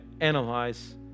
analyze